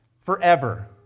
forever